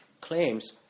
claims